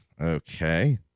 Okay